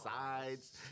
sides